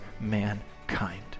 mankind